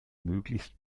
möglichst